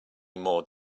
more